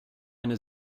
eine